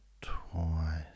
Twice